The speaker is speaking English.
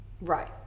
Right